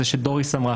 זה שדוריס אמרה,